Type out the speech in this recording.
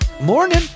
Morning